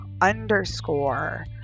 underscore